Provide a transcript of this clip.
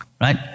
right